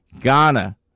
Ghana